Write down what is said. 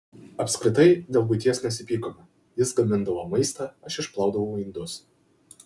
apskritai dėl buities nesipykome jis gamindavo maistą aš išplaudavau indus